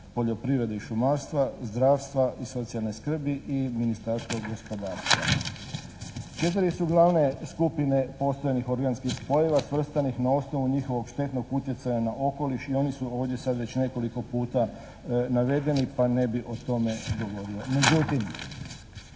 poljoprivrede i šumarstva, zdravstva i socijalne skrbi i Ministarstvo gospodarstva. Četiri su glavne skupine postojanih organskih spojeva svrstanih na osnovu njihovog štetnog utjecaja na okoliš i oni su ovdje sad već nekoliko puta navedeni pa ne bi o tome govorio.